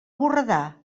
borredà